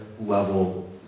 level